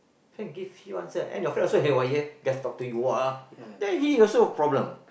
can give you answer and your friends also a hardwire guest talk to you walk lah then he is also a problem